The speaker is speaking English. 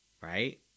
Right